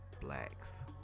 blacks